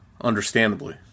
understandably